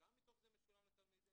כמה מתוך זה משולם לתלמידים.